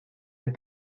les